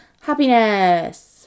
happiness